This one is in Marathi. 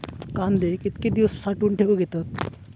कांदे कितके दिवस साठऊन ठेवक येतत?